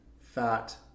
fat